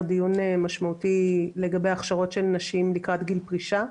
דיון משמעותי לגבי הכשרות של נשים לקראת גיל פרישה,